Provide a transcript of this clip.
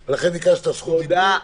תודה.